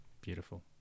Beautiful